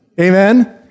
Amen